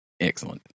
excellent